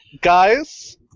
Guys